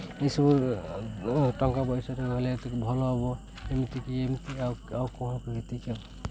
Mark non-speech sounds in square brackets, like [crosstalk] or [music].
ଏସବୁ ଟଙ୍କା ପଇସା ନହେଲେ ଏ ଭଲ ହେବ ଏମିତିକି ଏମିତି ଆଉ ଆଉ [unintelligible]